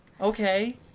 Okay